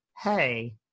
Hey